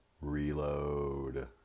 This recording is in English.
reload